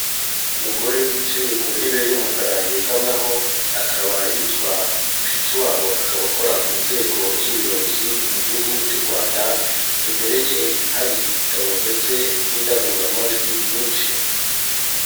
Umugore wicaye ku ntebe y'umukara yegamwaho, akaba yitwa MUSHIKIWABO akaba akora mu nzego z'ubuyobozi mu gihugu cy'u Rwanda, imbere ye hari igitabo ndetse n'indangururamajwi nyinshi.